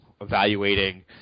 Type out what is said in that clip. evaluating